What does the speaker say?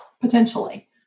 potentially